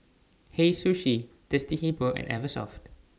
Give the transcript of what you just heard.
Hei Sushi Thirsty Hippo and Eversoft